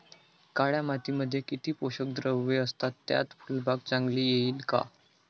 काळ्या मातीमध्ये किती पोषक द्रव्ये असतात, त्यात फुलबाग चांगली येईल का?